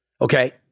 Okay